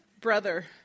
brother